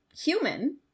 human